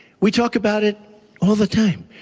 we talk about it all the time.